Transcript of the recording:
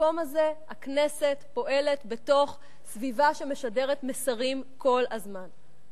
הכנסת פועלת בתוך סביבה שמשדרת מסרים כל הזמן.